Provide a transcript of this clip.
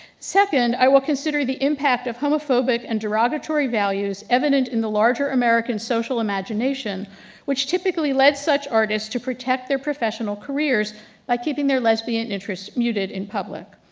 second, i will consider the impact of homophobic and derogatory values evident in the larger american social imagination which typically led such such artists to protect their professional careers by keeping their lesbian interest muted in public.